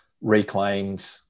reclaimed